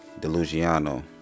Delugiano